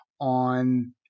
on